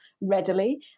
readily